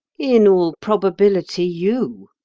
in all probability, you,